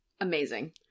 Amazing